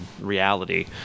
reality